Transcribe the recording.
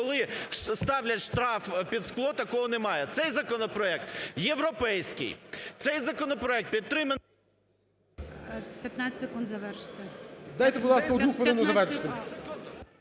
коли ставлять штраф під скло, такого немає. Цей законопроект європейський, цей законопроект підтриманий… ГОЛОВУЮЧИЙ. 15 секунд, завершити. ПАРУБІЙ А.В. Дайте, будь ласка, одну хвилину завершити.